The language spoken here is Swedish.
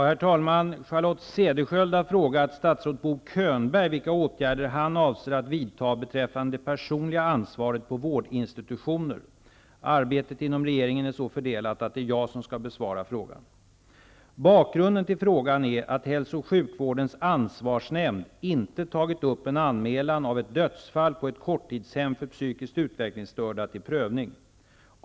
Herr talman! Charlotte Cederschiöld har frågat statsrådet Bo Könberg vilka åtgärder han avser att vidta beträffande det personliga ansvaret på vårdinstitutioner. Arbetet inom regeringen år så fördelat att det är jag som skall besvara frågan. Bakgrunden till frågan är att hälso och sjukvårdens ansvarsnämnd inte tagit upp en anmälan om ett dödsfall på ett korttidshem för psykiskt utvecklingsstörda till prövning.